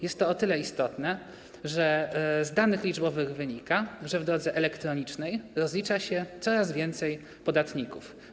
Jest to o tyle istotne, że z danych liczbowych wynika, że w drodze elektronicznej rozlicza się coraz więcej podatników.